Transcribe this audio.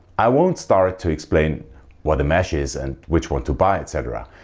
i won't start to explain what a mesh is and which one to buy etc.